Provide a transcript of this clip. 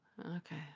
Okay